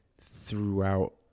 throughout